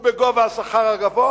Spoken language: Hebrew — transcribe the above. ובגובה השכר הגבוה